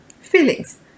Feelings